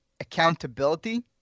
accountability